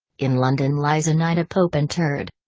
in london lies a knight a pope interred.